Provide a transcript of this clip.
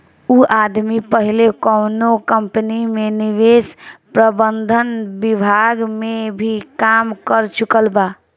उ आदमी पहिले कौनो कंपनी में निवेश प्रबंधन विभाग में भी काम कर चुकल बा